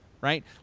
right